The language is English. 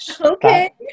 Okay